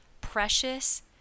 precious